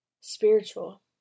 spiritual